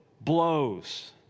blows